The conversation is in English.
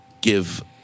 give